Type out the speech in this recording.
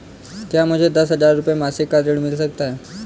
क्या मुझे दस हजार रुपये मासिक का ऋण मिल सकता है?